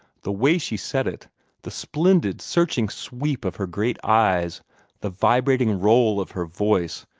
the way she said it the splendid, searching sweep of her great eyes the vibrating roll of her voice,